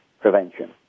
prevention